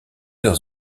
dans